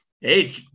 Hey